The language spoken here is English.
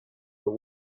but